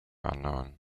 unknown